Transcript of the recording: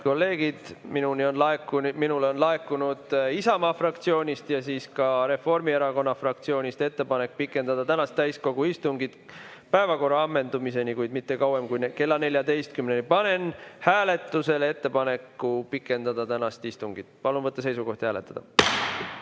kolleegid, minule on laekunud Isamaa fraktsiooni ja ka Reformierakonna fraktsiooni ettepanek pikendada tänast täiskogu istungit päevakorra ammendumiseni, kuid mitte kauem kui kella 14-ni. Panen hääletusele ettepaneku pikendada tänast istungit. Palun võtta seisukoht ja hääletada!